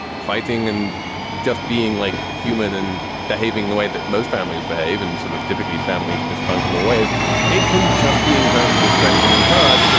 fighting and just being like human and behaving the way that most families behave and sort of typically family dysfunction, the ways it can just be incredibly distracting and hard.